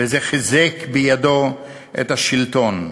וזה חיזק בידו את השלטון.